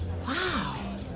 Wow